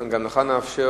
גם לך נאפשר